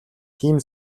тийм